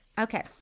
Okay